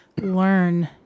learn